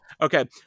Okay